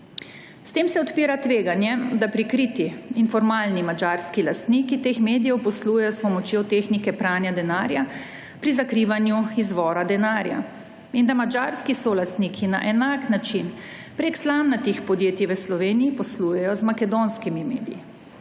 S tem se odpira tveganje, da prikriti in formalni madžarski lastniki teh medijev poslujejo s pomočjo tehnike pranja denarja pri zakrivanju izvora denarja, in da madžarski solastniki na enak način, prek slamnatih podjetij v Sloveniji, poslujejo z makedonskimi mediji,